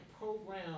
program